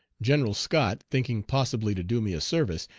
general scott, thinking possibly to do me a service,